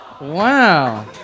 Wow